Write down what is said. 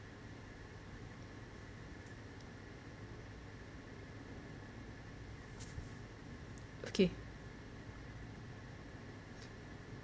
okay